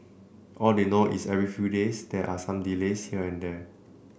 all they know is every few days there are some delays here and there